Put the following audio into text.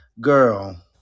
girl